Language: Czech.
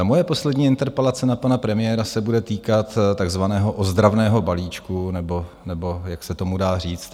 Moje poslední interpelace na pana premiéra se bude týkat takzvaného ozdravného balíčku, nebo jak se tomu dá říct.